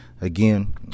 Again